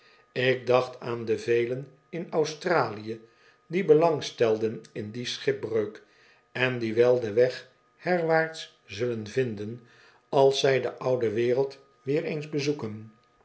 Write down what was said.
ik dacht aan de velen in australië die belang stelden in die schipbreuk en die wel den weg herwaarts zullen vinden als zij de oude wereld weer eens bezoeken